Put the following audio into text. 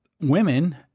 women